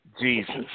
Jesus